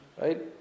right